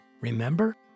remember